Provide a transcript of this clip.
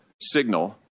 signal